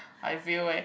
I fail eh